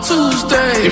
Tuesday